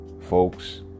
folks